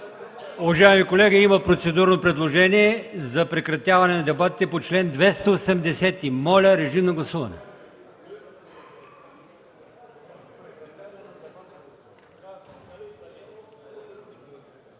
Уважаеми колеги, има процедурно предложение за прекратяване на дебатите по чл. 280. Моля, гласувайте.